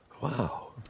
Wow